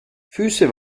füße